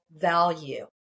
value